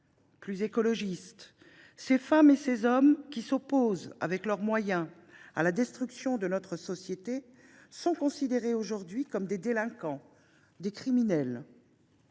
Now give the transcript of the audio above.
plus écologiste. Ces femmes et ces hommes, qui s’opposent avec leurs moyens à la destruction de notre société sont considérés aujourd’hui comme des délinquants ou des criminels